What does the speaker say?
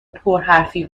پرحرفی